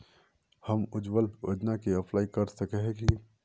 हम उज्वल योजना के अप्लाई कर सके है की?